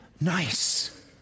nice